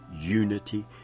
unity